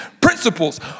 principles